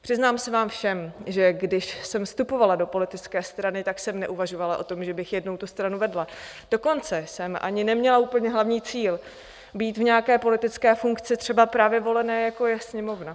Přiznám se vám všem, že když jsem vstupovala do politické strany, tak jsem neuvažovala o tom, že bych jednou tu stranu vedla, dokonce jsem ani neměla úplně hlavní cíl být v nějaké politické funkci, třeba právě volené, jako je Sněmovna.